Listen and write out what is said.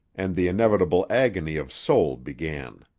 and the inevitable agony of soul began.